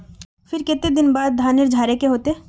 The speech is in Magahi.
फिर केते दिन बाद धानेर झाड़े के होते?